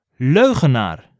Leugenaar